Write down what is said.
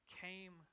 came